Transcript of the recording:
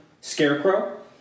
scarecrow